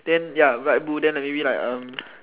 than ya light blue than maybe like um